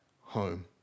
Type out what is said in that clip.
home